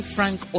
Frank